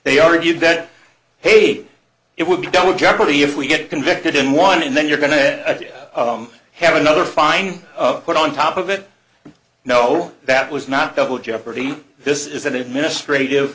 they argued that hey it would be double jeopardy if we get convicted in one and then you're going to have another fine put on top of it and no that was not double jeopardy this is an administrative